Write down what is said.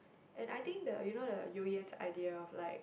and I think the you know the you yan's idea of like